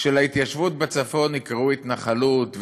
שלהתיישבות בצפון יקראו התנחלות,